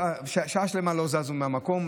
ושעה שלמה לא זזו מהמקום.